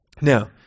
now